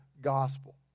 gospel